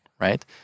right